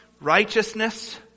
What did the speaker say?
righteousness